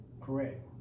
Correct